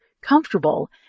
comfortable